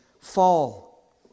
fall